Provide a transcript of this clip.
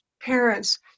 parents